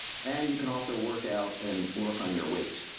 and you can also work out and work on your weight.